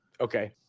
Okay